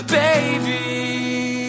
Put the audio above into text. baby